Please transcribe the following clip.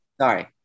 sorry